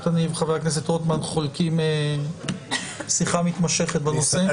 שחבר הכנסת רוטמן ואני חולקים שיחה מתמשכת בנושא.